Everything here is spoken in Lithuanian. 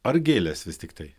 ar gėlės vis tiktai